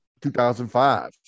2005